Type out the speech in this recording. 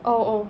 oh oh